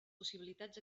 possibilitats